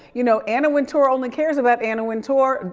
you know, anna wintour only cares about anna wintour,